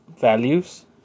values